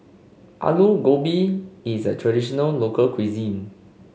Alu Gobi is a traditional local cuisine